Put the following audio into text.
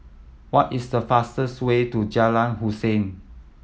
what is the fastest way to Jalan Hussein